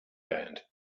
band